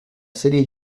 serie